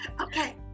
Okay